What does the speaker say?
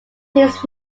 his